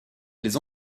les